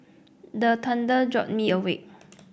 the thunder jolt me awake